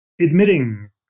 admitting